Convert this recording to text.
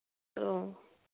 ꯑꯧ